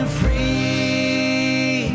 free